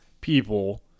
people